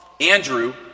Andrew